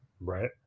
Right